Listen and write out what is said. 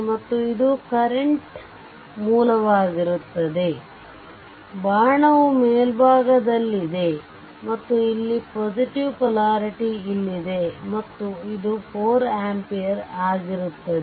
ಮತ್ತು ಇದು ಕರೆಂಟ್ ಮೂಲವಾಗಿರುತ್ತದೆ ಬಾಣವು ಮೇಲ್ಭಾಗದಲ್ಲಿದೆ ಮತ್ತು ಇಲ್ಲಿ ಪೊಲಾರಿಟಿ ಇಲ್ಲಿದೆ ಮತ್ತು ಇದು 4 ಆಂಪಿಯರ್ ಆಗಿರುತ್ತದೆ